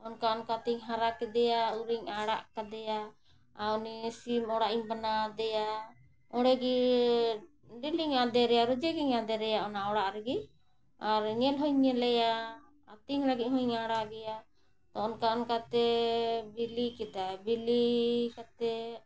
ᱚᱱᱠᱟ ᱚᱱᱠᱟᱛᱤᱧ ᱦᱟᱨᱟ ᱠᱮᱫᱮᱭᱟ ᱩᱱᱨᱤᱧ ᱟᱲᱟᱜ ᱠᱟᱫᱮᱭᱟ ᱟᱨ ᱩᱱᱤ ᱥᱤᱢ ᱚᱲᱟᱜ ᱤᱧ ᱵᱮᱱᱟᱣ ᱫᱮᱭᱟ ᱚᱸᱰᱮ ᱜᱮ ᱰᱮᱞᱤᱧ ᱟᱫᱮ ᱨᱮᱭᱟ ᱨᱚᱡᱮᱜᱤᱧ ᱟᱫᱮᱨᱮᱭᱟ ᱚᱱᱟ ᱚᱲᱟᱜ ᱨᱮᱜᱮ ᱟᱨ ᱧᱮᱞ ᱦᱚᱧ ᱧᱮᱞᱮᱭᱟ ᱟᱹᱛᱤᱧ ᱞᱟᱹᱜᱤᱫ ᱦᱚᱧ ᱟᱲᱟ ᱜᱮᱭᱟ ᱛᱚ ᱚᱱᱠᱟ ᱚᱱᱠᱟᱛᱮ ᱵᱤᱞᱤ ᱠᱮᱫᱟᱭ ᱵᱤᱞᱤ ᱠᱟᱛᱮᱫ